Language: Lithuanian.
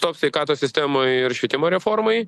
top sveikatos sistemoj ir švietimo reformoj